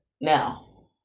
Now